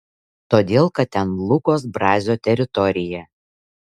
todėl kad ten lukos brazio teritorija